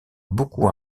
beaucoup